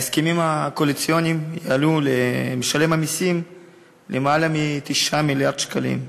ההסכמים הקואליציוניים יעלו למשלם המסים למעלה מ-9 מיליארד שקלים,